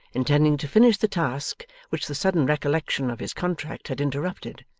intending to finish the task which the sudden recollection of his contract had interrupted,